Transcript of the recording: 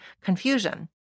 confusion